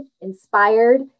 inspired